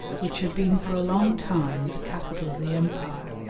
which had been for a long time the capital of the empire,